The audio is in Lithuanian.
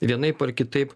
vienaip ar kitaip